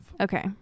Okay